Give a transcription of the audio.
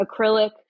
acrylic